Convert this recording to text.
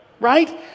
Right